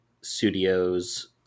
studios